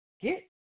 get